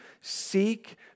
seek